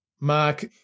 Mark